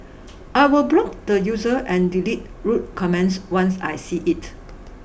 I will block the user and delete rude comments once I see it